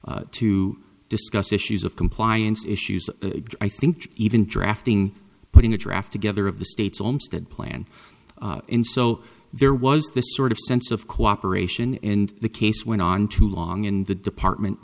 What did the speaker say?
days to discuss issues of compliance issues i think even drafting putting a draft together of the states almost that plan and so there was this sort of sense of cooperation in the case went on too long in the department